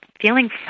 feeling